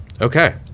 Okay